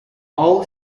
all